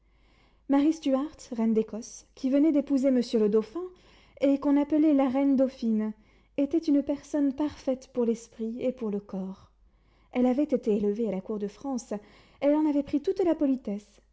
marie stuart reine d'écosse qui venait d'épouser monsieur le dauphin et qu'on appelait la reine dauphine était une personne parfaite pour l'esprit et pour le corps elle avait été élevée à la cour de france elle en avait pris toute la politesse